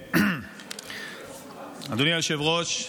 תודה רבה, אדוני היושב-ראש.